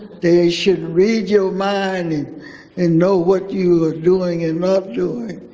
they should read your mind and know what you are doing and not doing.